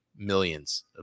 Millions